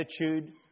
attitude